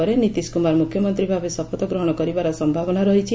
ଦିପାବଳୀ ପରେ ନୀତିଶ କୁମାର ମୁଖ୍ୟମନ୍ତ୍ରୀ ଭାବେ ଶପଥ ଗ୍ରହଣ କରିବାର ସମ୍ଭାବନା ରହିଛି